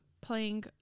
playing